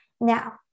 Now